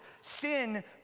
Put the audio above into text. Sin